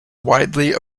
widely